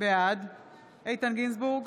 בעד איתן גינזבורג,